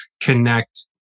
connect